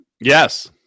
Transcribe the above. Yes